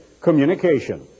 communication